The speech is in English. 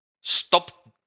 stop